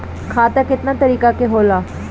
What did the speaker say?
खाता केतना तरीका के होला?